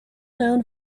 known